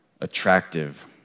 attractive